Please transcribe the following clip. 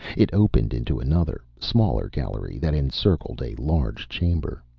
it opened into another, smaller gallery that encircled a large chamber.